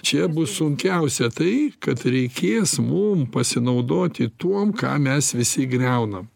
čia bus sunkiausia tai kad reikės mum pasinaudoti tuom ką mes visi griaunam